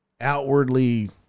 outwardly